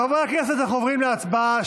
חברי הכנסת, אנחנו עוברים להצבעה.